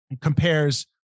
compares